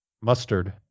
Mustard